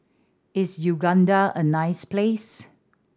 is Uganda a nice place